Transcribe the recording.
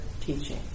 teaching